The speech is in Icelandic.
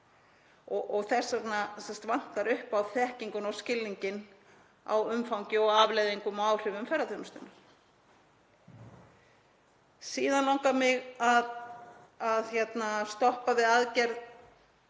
vegna vantar upp á þekkinguna og skilninginn á umfangi og afleiðingum og áhrifum ferðaþjónustunnar. Síðan langar mig að stoppa við aðgerð